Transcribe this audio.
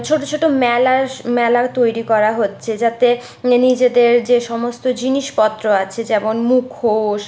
ছোট ছোট মেলা মেলা তৈরি করা হচ্ছে যাতে নিজেদের যে সমস্ত জিনিসপত্র আছে যেমন মুখোশ